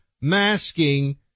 masking